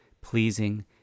pleasing